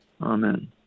Amen